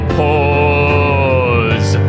pause